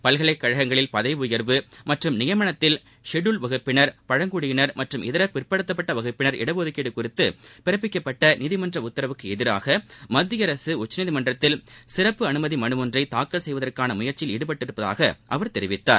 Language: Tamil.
பல்கலைக் கழகங்களில் பதவி உயர்வு மற்றும் நியமனத்தில் ஷெட்யூல்ட் வகுப்பினர் பழங்குடியினர் மற்றும் இதர பிற்படுத்தப்பட்ட வகுப்பினர் இட ஒதுக்கீடு குறித்து பிறப்பிக்கப்பட்ட நீதிமன்ற உத்தரவுக்கு எதிராக மத்திய அரசு உச்சநீதிமன்றத்தில் சிறப்பு அனுமதி மனு ஒன்றை தாக்கல் செய்வதற்கான முயற்சியில் ஈடுபட்டுள்ளதாக அவர் தெரிவித்தார்